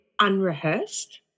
unrehearsed